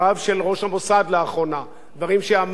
דברים שאמר הרמטכ"ל לשעבר גבי אשכנזי,